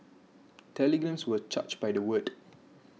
telegrams were charged by the word